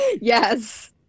Yes